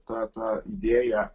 ta ta idėja